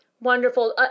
Wonderful